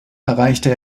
erreichte